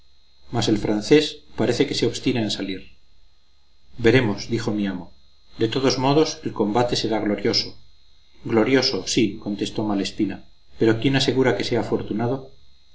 mas el francés parece que se obstina en salir veremos dijo mi amo de todos modos el combate será glorioso glorioso sí contestó malespina pero quién asegura que sea afortunado